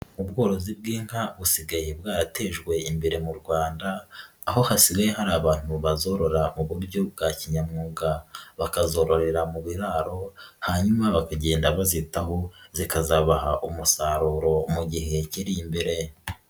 Ubworozi bw'inka busigaye bwaratejwe imbere mu Rwanda aho hasigaye hari abantu bazorora buryo bwa kinyamwuga, bakazororera mu biraro hanyuma bakagenda bazitaho zikazabaha umusaruro mu gihe kiri imbere.